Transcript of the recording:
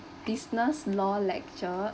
business law lecture